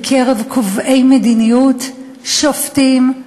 בקרב קובעי מדיניות: שופטים,